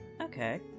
Okay